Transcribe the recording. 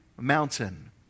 mountain